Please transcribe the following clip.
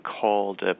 called